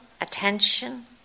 attention